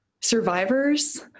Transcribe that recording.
survivors